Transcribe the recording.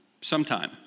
sometime